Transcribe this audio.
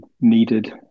needed